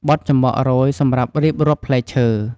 បទចំបក់រោយ សម្រាប់រៀបរាប់ផ្លែឈើ។